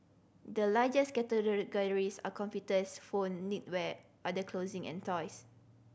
the largest categories are computers phone knitwear other clothing and toys